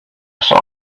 sort